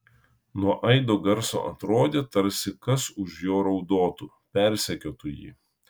nuo aido garso atrodė tarsi kas už jo raudotų persekiotų jį